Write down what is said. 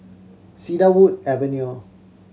Cedarwood Avenue